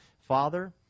Father